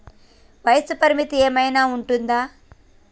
వయస్సు పరిమితి ఏమైనా ఉంటుందా?